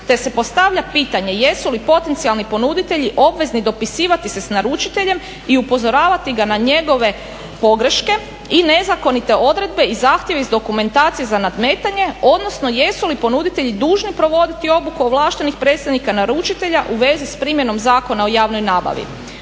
te se postavlja pitanje jesu li potencijalni ponuditelji obvezni dopisivati se s naručiteljem i upozoravati ga na njegove pogreške i nezakonite odredbe i zahtjeve iz dokumentacije za nadmetanje odnosno jesu li ponuditelji dužni provoditi obuku ovlaštenih predstavnika naručitelja u vezi s primjenom Zakona o javnoj nabavi?